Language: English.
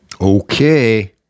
Okay